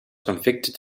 convicted